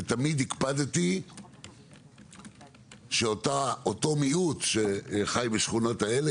ותמיד הקפדתי שאותו מיעוט שחי בשכונות האלה,